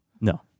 no